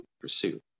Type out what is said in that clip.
pursue